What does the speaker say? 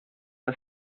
das